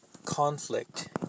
conflict